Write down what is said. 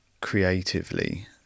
creatively